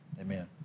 Amen